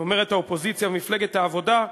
אומרת האופוזיציה ומפלגת העבודה,